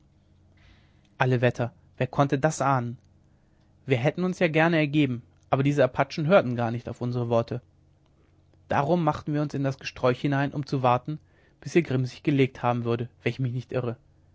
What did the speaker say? alle wetter wer konnte das ahnen wir hätten uns ja gern ergeben aber diese apachen hörten gar nicht auf unsere worte darum machten wir uns in das gesträuch hinein um zu warten bis ihr grimm sich gelegt haben würde wenn ich mich nicht irre